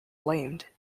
blamed